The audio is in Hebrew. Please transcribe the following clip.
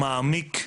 מעמיק,